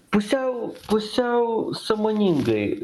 pusiau pusiau sąmoningai